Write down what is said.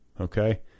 Okay